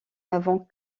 n’avons